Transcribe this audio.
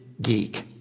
geek